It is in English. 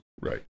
Right